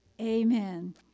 Amen